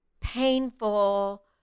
painful